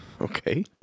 okay